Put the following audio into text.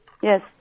Yes